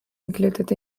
included